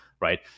right